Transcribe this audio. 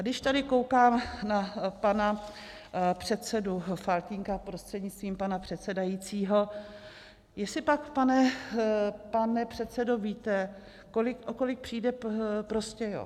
Když tady koukám na pana předsedu Faltýnka prostřednictvím pana předsedajícího, jestli pak, pane předsedo, víte, o kolik přijde Prostějov?